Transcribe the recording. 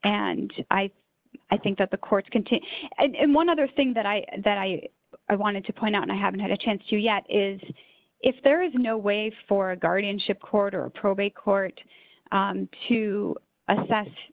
and i i think that the court's going to and one other thing that i that i wanted to point out and i haven't had a chance to yet is if there is no way for a guardianship quarter a probate court to assess